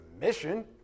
mission